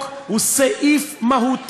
צריך להביא